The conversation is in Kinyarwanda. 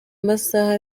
masaha